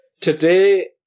today